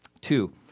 Two